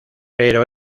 pero